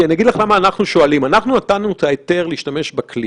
אזרח מן היישוב לא יכול להבין את כל מה שאת אומרת.